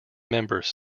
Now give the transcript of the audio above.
members